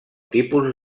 tipus